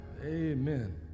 Amen